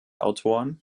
autoren